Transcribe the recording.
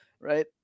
right